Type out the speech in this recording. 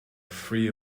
free